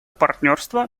партнерства